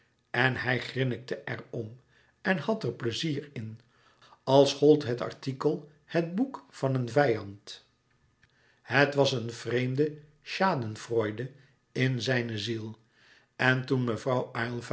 en hij grinnikte er om en had er pleizier in als gold het artikel het boek van een vijand het was een vreemde schadenfreude in zijne ziel en toen mevrouw